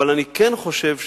אבל אני כן חושב שצריך,